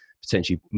Potentially